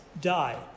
die